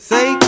Say